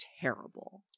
terrible